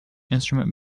instrument